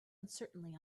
uncertainly